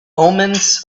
omens